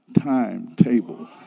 timetable